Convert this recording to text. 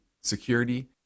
security